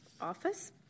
office